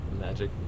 magic